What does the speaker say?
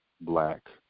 black